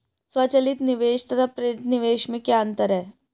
स्वचालित निवेश तथा प्रेरित निवेश में क्या अंतर है?